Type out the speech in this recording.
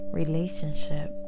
relationship